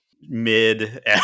mid